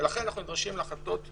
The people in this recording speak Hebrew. לכן אנחנו נדרשים להחלטות יום-יומיות.